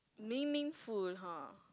meaningful !huh!